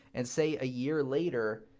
and say a year later,